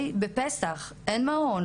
בפסח אין מעון,